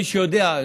מי שיודע,